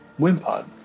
Wimpod